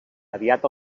aviat